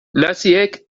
naziek